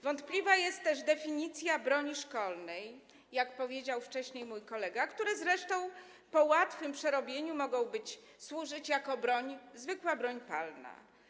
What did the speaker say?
Wątpliwa jest też definicja broni szkolnej, jak powiedział wcześniej mój kolega, która zresztą po łatwym przerobieniu może służyć jako zwykła broń palna.